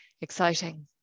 exciting